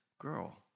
girl